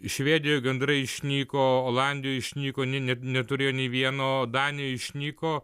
švedijoj gandrai išnyko olandijoj išnyko ne net neturėjo nei vieno danijoj išnyko